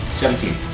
seventeen